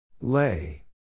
Lay